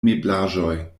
meblaĵoj